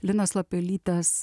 linos lapelytės